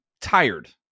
tired